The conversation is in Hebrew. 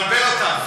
אתה מבלבל אותנו.